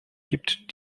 gibt